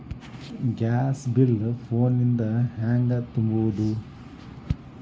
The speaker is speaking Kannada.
ಗ್ಯಾಸ್ ಬಿಲ್ ಫೋನ್ ದಿಂದ ಹ್ಯಾಂಗ ತುಂಬುವುದು?